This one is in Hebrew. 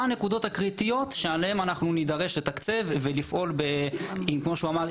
הנקודות הקריטיות שבהן אנו נידרש לתקצב ולפעול בדגש.